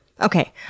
Okay